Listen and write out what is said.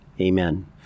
Amen